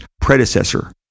predecessor